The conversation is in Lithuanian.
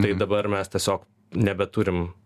tai dabar mes tiesiog nebeturim